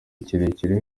kirekire